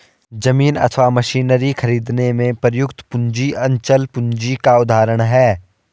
जमीन अथवा मशीनरी खरीदने में प्रयुक्त पूंजी अचल पूंजी का उदाहरण है